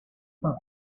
san